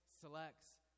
selects